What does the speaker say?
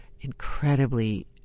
incredibly